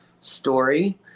story